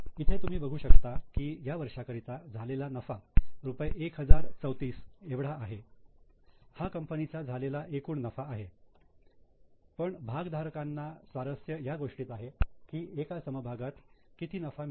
इथे तुम्ही बघू शकता की या वर्षाकरिता झालेला नफा रुपये 1034 एवढा आहे हा कंपनीचा झालेला एकूण नफा आहे पण भागधारकांना स्वारस्य ह्या गोष्टीत आहे की एका समभागात किती नफा मिळाला